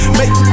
make